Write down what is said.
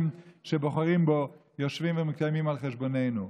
שבוחרים בו יושבים ומתקיימים על חשבוננו.